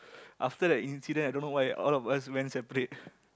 after that incident I don't know why all of us went separate